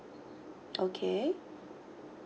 okay